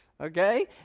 Okay